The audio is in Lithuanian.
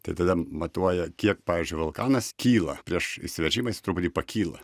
tai tada matuoja kiek pavyzdžiui vulkanas kyla prieš išsiveržimą jis truputį pakyla